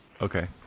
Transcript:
Okay